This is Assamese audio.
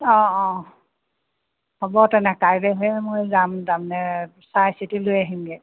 অঁ অঁ হ'ব তেনে কাইলৈহে মই যাম তাৰ মানে চাইচিতি লৈ আহিমগৈ